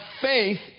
faith